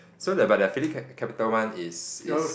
so the but the Philip capital one is is